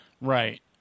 Right